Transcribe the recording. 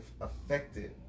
affected